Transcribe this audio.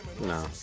No